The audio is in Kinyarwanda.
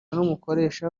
n’umukoresha